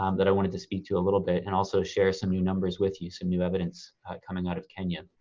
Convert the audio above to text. um that i wanted to speak to a little bit and i'll also share some new numbers with you. some new evidence coming out of kenya.